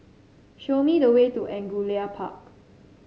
show me the way to Angullia Park